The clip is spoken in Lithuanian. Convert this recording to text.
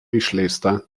išleista